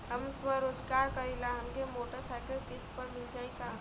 हम स्वरोजगार करीला हमके मोटर साईकिल किस्त पर मिल जाई का?